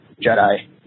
Jedi